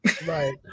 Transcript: Right